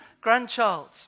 grandchild